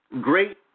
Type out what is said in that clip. great